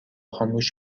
خاموش